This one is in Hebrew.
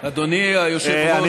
אדוני היושב-ראש.